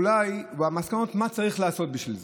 אולי, והמסקנות מה צריך לעשות בשביל זה.